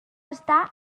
està